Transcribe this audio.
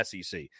SEC